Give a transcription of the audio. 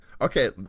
Okay